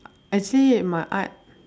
actually my art